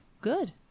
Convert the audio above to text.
good